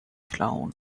klauen